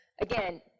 again